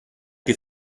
più